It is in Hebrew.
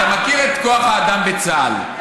אתה מכיר את כוח האדם בצה"ל,